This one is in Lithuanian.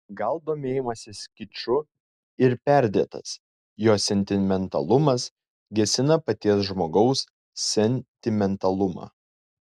gal domėjimasis kiču ir perdėtas jo sentimentalumas gesina paties žmogaus sentimentalumą